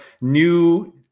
new